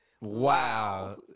Wow